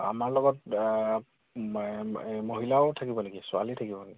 আমাৰ লগত এই মহিলাও থাকিব নেকি ছোৱালী থাকিব নেকি